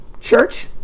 church